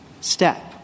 step